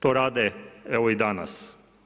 To rade, evo i danas.